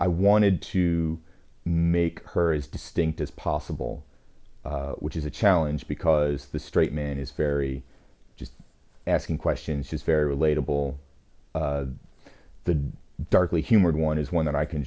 i wanted to make her as distinct as possible which is a challenge because the straight man is very just asking questions she's very relatable the darkly humorous one is one that i can